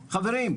חברים,